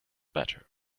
better